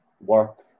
work